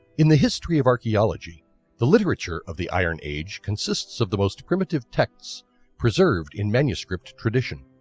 in the history of archaeology the literature of the iron age consists of the most primitive texts preserved in manuscript tradition.